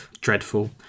dreadful